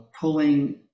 pulling